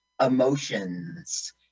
emotions